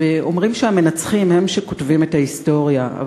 אומרים שהמנצחים הם שכותבים את ההיסטוריה,